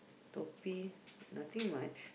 nothing much